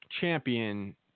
champion